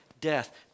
death